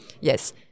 yes